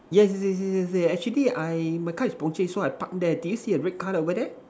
yes yes yes yes yes yes actually I my car is Porsche so I park there do you see a red car over there